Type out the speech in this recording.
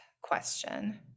question